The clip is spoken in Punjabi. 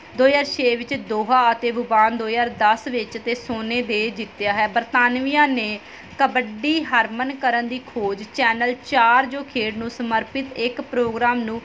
ਦੋ ਹਜ਼ਾਰ ਛੇ ਵਿੱਚ ਦੋਹਾ ਅਤੇ ਵੁਭਾਨ ਦੋ ਹਜ਼ਾਰ ਦਸ ਵਿੱਚ ਅਤੇ ਸੋਨੇ ਦੇ ਜਿੱਤਿਆ ਹੈ ਬਰਤਾਨਵੀਆਂ ਨੇ ਕਬੱਡੀ ਹਰਮਨ ਕਰਨ ਦੀ ਖੋਜ ਚੈਨਲ ਚਾਰ ਜੋ ਖੇਡ ਨੂੰ ਸਮਰਪਿਤ ਇਕ ਪ੍ਰੋਗਰਾਮ ਨੂੰ